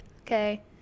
Okay